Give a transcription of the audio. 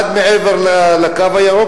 אחד מעבר ל"קו הירוק",